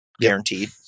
guaranteed